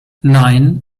nein